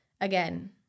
again